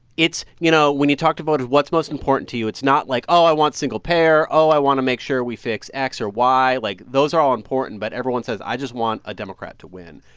it's you know, when you talk to voters, what's most important to you? it's not, like, oh, i want single-payer. oh, i want to make sure we fix x or y. like, those are all important. but everyone says, i just want a democrat to win.